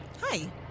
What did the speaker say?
Hi